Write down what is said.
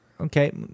Okay